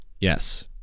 Yes